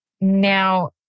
Now